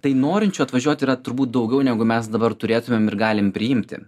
tai norinčių atvažiuot yra turbūt daugiau negu mes dabar turėtumėm ir galim priimti